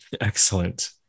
excellent